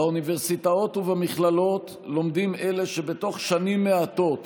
באוניברסיטאות ובמכללות לומדים אלה שבתוך שנים מעטות